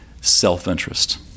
self-interest